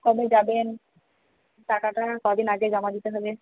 কবে যাবেন টাকাটা কদিন আগে জমা দিতে হবে